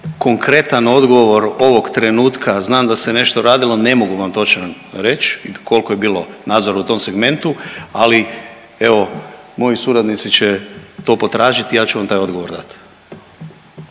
konkretan odgovor ovog trenutka, a znam da se nešto radilo, ne mogu vam točno reći, koliko je bilo nadzora u tom segmentu, ali evo, moji suradnici će to potražiti, ja ću vam taj odgovor dati.